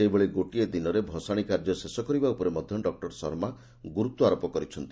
ସେହିଭଳି ଗୋଟିଏ ଦିନରେ ଭଷାଶୀ କାର୍ଯ୍ୟ ଶେଷ କରିବା ଉପରେ ମଧ୍ଧ ଡକୁର ଶର୍ମା ଗୁର୍ତ୍ୱାରୋପ କରିଛନ୍ତି